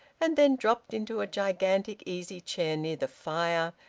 and then dropped into a gigantic easy-chair near the fire,